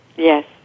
Yes